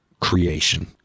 creation